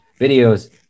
videos